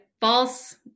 false